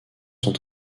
sont